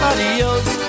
Adios